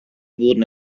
wurden